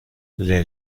les